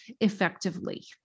effectively